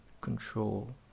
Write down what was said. control